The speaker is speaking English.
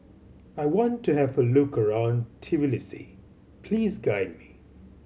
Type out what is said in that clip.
I want to have a look around Tbilisi please guide me